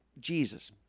jesus